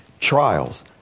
trials